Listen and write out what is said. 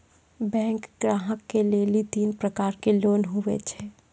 Bank ग्राहक के लेली तीन प्रकर के लोन हुए छै?